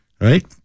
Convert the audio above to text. right